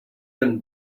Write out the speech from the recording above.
been